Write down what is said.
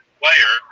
player